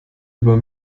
über